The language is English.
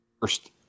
first